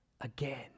again